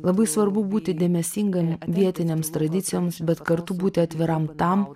labai svarbu būti dėmesingam vietinėms tradicijoms bet kartu būti atviram tam